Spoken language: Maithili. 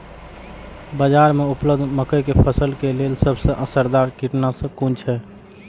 बाज़ार में उपलब्ध मके के फसल के लेल सबसे असरदार कीटनाशक कुन छै?